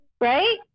right